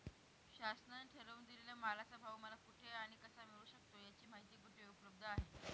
शासनाने ठरवून दिलेल्या मालाचा भाव मला कुठे आणि कसा मिळू शकतो? याची माहिती कुठे उपलब्ध आहे?